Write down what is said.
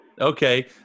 Okay